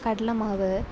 கடலைமாவு